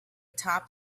top